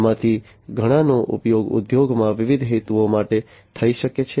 આમાંથી ઘણાનો ઉપયોગ ઉદ્યોગોમાં વિવિધ હેતુઓ માટે થઈ શકે છે